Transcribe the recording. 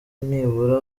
nibura